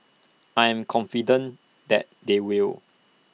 I'm confident that they will